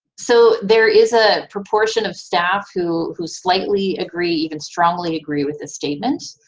so there is a proportion of staff who who slightly agree, even strongly agree with this statement.